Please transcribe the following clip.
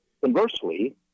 conversely